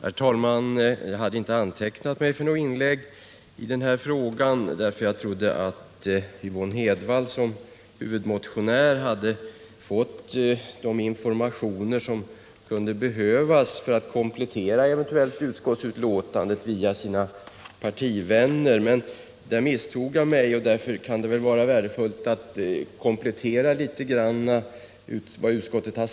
Herr talman! Jag hade inte antecknat mig för något inlägg i den här frågan därför att jag trodde att Yvonne Hedvall som huvudmotionär via sina partivänner hade fått de informationer som kunde behövas för att komplettera utskottsbetänkandet. Jag misstog mig härvidlag, och därför kan det kanske vara värdefullt att jag lämnar en sådan komplettering.